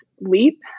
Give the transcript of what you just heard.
leap